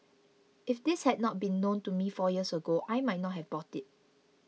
if this had not been made known to me four years ago I might not have bought it